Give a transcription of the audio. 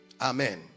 amen